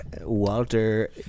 Walter